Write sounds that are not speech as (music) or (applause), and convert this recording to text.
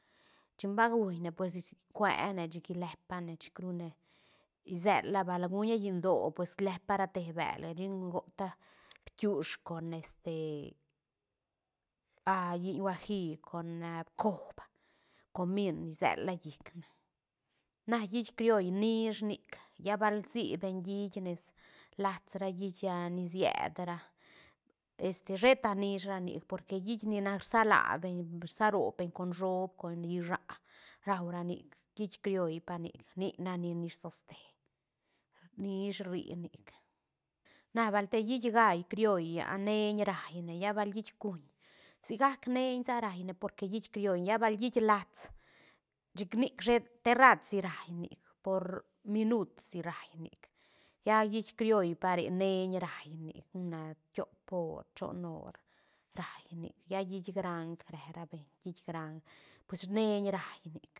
Chin ba guine pues cueana chic lepane chic ru ne isela bal gu ña gindoo slepa ra te bele chin gota bkiush con este (hesitation) lliñ huaji con a coob comín isiela llicne na hiit crioll nish nic lla baal si beñ hiit nes lats ra hiit a ni sied ra este sheta nish ra nic porque hiit ni nac ni rsala beñ rsaro beñ con shoop con llisaä raura nic hiit crioll pa nic nac ni nish toste nish rri nic na bal te hiit gall crioll i (duda) neiñ raine lla bal te hiit cuñ sigac neiñ sa rainic porque hiit criollne lla bal hiit lats chic nic shet te rratsi rai nic por minut si rai nic lla hiit crioll pare neiñ rai nic una tiop hor chon hor rai nic lla hiit graang re beñ hiit graang pues neiñ rai nic.